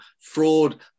fraud